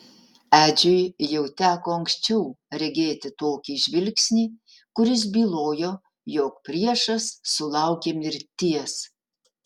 edžiui jau teko anksčiau regėti tokį žvilgsnį kuris bylojo jog priešas sulaukė mirties